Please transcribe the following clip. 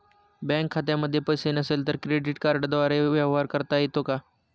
Bank खात्यामध्ये पैसे नसले तरी क्रेडिट कार्डद्वारे व्यवहार करता येतो का?